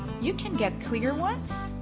you can get clear ones,